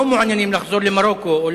לא מעוניינים לחזור למרוקו?